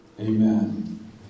Amen